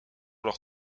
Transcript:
leur